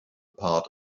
part